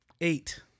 Eight